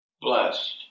blessed